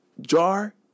jar